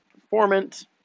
performance